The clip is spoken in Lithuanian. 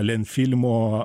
lėn filmo